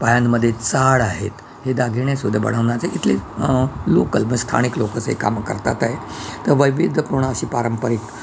पायांमध्ये चाळ आहेत हे दागिनेसुद्धा बढवनचे इथले लोकल बस स्थानिक लोकच हे कामं करतात आहे तर वैविध्यपूर्ण अशी पारंपरिक